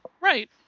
Right